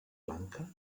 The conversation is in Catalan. lanka